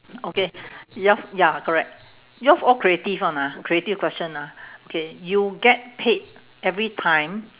okay yours ya correct yours all creative one ah creative question ah okay you get paid every time